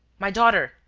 my daughter!